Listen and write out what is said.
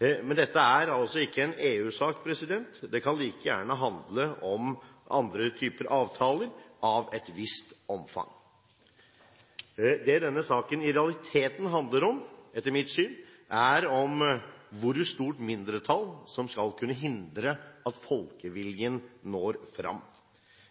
Men dette er altså ikke en EU-sak. Det kan like gjerne handle om andre typer avtaler av et visst omfang. Det denne saken i realiteten handler om, etter mitt syn, er hvor stort mindretallet skal være for å hindre at folkeviljen når frem.